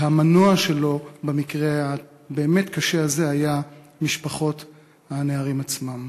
שהמנוע שלו במקרה הבאמת-קשה הזה היה משפחות הנערים עצמן.